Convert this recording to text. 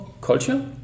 culture